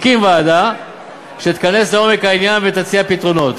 הקים ועדה שתיכנס לעומק העניין ותציע פתרונות.